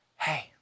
hey